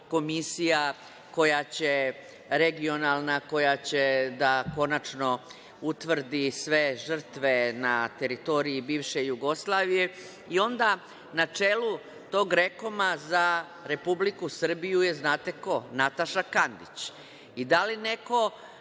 komisija koja će konačno da utvrdi sve žrtve na teritoriji bivše Jugoslavije. Onda, na čelu tog REKOM-a za Republiku Srbiju je, znate ko, Nataša Kandić. Da li neko